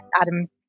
Adam